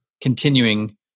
continuing